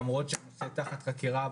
למרות שזה תחת חקירה,